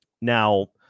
Now